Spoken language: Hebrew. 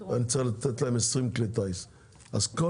ואני צריך לתת להם 20 כלי טיס אז כל